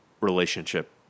relationship